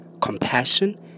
compassion